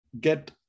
get